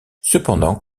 cependant